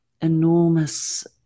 enormous